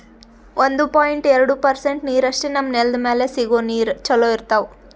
ಒಂದು ಪಾಯಿಂಟ್ ಎರಡು ಪರ್ಸೆಂಟ್ ನೀರಷ್ಟೇ ನಮ್ಮ್ ನೆಲ್ದ್ ಮ್ಯಾಲೆ ಸಿಗೋ ನೀರ್ ಚೊಲೋ ಇರ್ತಾವ